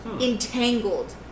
entangled